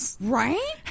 Right